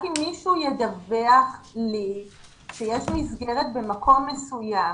רק אם מישהו ידווח לי שיש מסגרת במקום מסוים